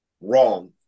wrong